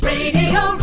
Radio